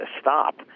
stop